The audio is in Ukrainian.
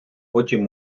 потім